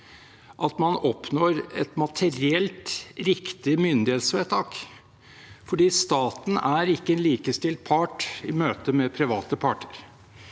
at man oppnår et materielt riktig myndighetsvedtak. For staten er ikke en likestilt part i møte med private parter.